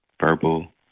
verbal